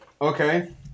Okay